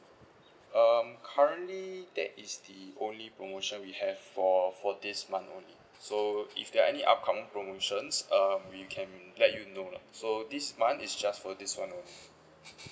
um currently that is the only promotion we have for for this month only so if there are any upcoming promotions um you can let you know lah so this month is just for this one only